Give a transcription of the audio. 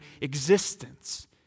existence